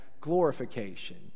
glorification